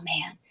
man